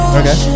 okay